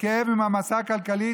בכאב עם המעמסה הכלכלית,